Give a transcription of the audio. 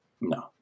No